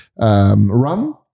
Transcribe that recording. rum